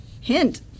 Hint